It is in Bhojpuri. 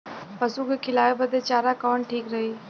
पशु के खिलावे बदे चारा कवन ठीक रही?